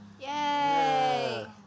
Yay